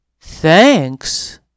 Thanks